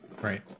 Right